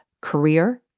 career